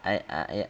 I I